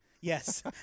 Yes